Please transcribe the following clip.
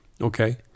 Okay